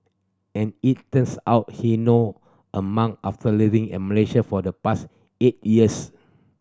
and it turns out he now a monk after living in Malaysia for the past eight years